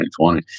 2020